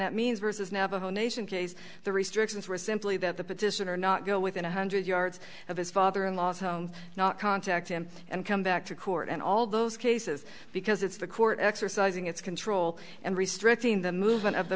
that means versus navajo nation case the restrictions were simply that the petitioner not go within a hundred yards of his father in law's home not contact him and come back to court and all those cases because it's the court exercising its control and restricting the movement of the